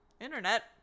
Internet